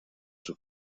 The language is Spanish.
sus